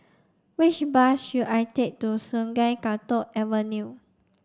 which bus should I take to Sungei Kadut Avenue